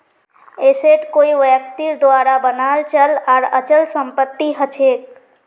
asset कोई व्यक्तिर द्वारा बनाल चल आर अचल संपत्ति हछेक